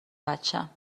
بچم